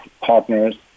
partners